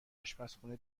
اشپزخونه